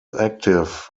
active